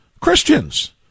Christians